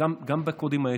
גם בקודים האתיים.